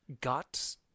got